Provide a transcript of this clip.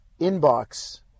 inbox